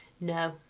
No